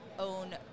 own